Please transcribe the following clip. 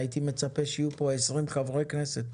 הייתי מצפה שיהיו פה 20 חברי כנסת